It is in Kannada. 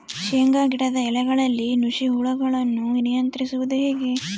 ಶೇಂಗಾ ಗಿಡದ ಎಲೆಗಳಲ್ಲಿ ನುಷಿ ಹುಳುಗಳನ್ನು ನಿಯಂತ್ರಿಸುವುದು ಹೇಗೆ?